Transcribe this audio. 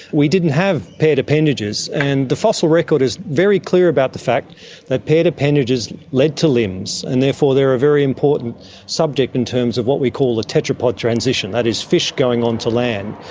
we didn't have paired appendages, and the fossil record is very clear about the fact that paired appendages led to limbs and therefore they are a very important subject in terms of what we call the tetrapod transition, that is fish going onto land.